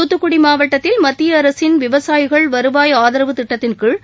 தூத்துக்குடி மாவட்டத்தில் மத்திய அரசின் விவசாயிகள் வருவாய் அஆதரவு திட்டத்தின்கீழ்